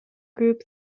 group